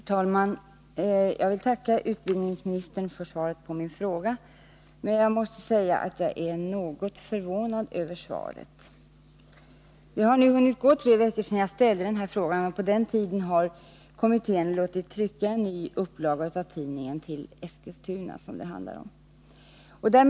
Herr talman! Jag vill tacka statsrådet Mogård för svaret på min fråga, men jag måste säga att jag är något förvånad över det. Det har nu hunnit gå tre veckor sedan jag ställde den här frågan, och under den tiden har kommittén låtit trycka en ny upplaga av tidningen som distribuerats till Eskilstuna, som det handlar om här.